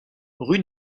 rue